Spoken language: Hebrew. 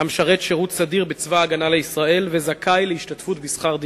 המשרת שירות סדיר בצבא-הגנה לישראל וזכאי להשתתפות בשכר דירה.